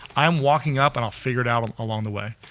i'm walking up and i'll figure it out and along the way.